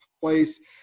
place